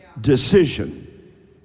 Decision